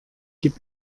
gib